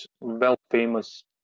well-famous